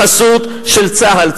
בחסות של צה"ל.